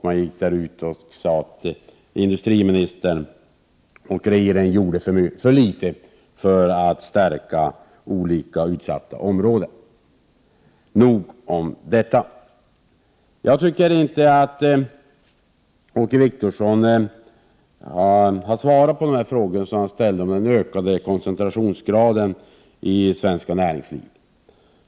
Man sade att industriministern och regeringen gjorde för litet för att stärka olika utsatta områden. Nog om detta. Jag tycker inte att Åke Wictorsson har svarat på de frågor jag ställde om den ökade koncentrationsgraden i svenskt näringsliv.